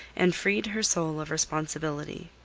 and freed her soul of responsibility.